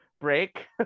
break